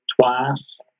twice